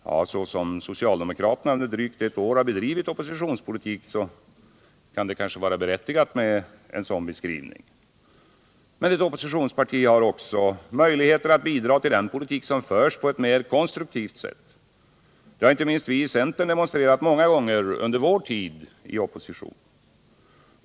Ja, så som socialdemokraterna under drygt ett år bedrivit oppositionspolitik kan det vara berättigat med en sådan beskrivning. Men ett oppositionsparti har också möjligheter att på ett mer konstruktivt sätt bidra till den politik som förs. Det har inte minst vi i centern demonstrerat många gånger under vår tid i opposition.